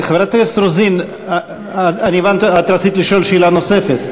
חברת הכנסת רוזין, את רצית לשאול שאלה נוספת?